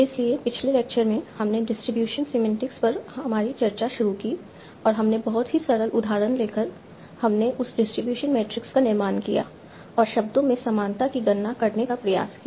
इसलिए पिछले लेक्चर में हमने डिस्ट्रीब्यूशन सीमेन्टिक्स पर हमारी चर्चा शुरू की और हमने बहुत ही सरल उदाहरण लेकर हमने उस डिस्ट्रीब्यूशन मैट्रिक्स का निर्माण किया और शब्दों में समानता की गणना करने का प्रयास किया